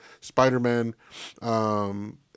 Spider-Man